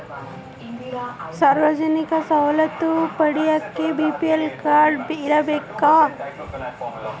ಸಾಮಾಜಿಕ ಯೋಜನೆ ಸವಲತ್ತು ಪಡಿಯಾಕ ಬಿ.ಪಿ.ಎಲ್ ಕಾಡ್೯ ಇರಬೇಕಾ?